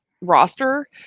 roster